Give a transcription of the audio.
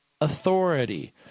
authority